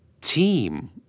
Team